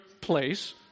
place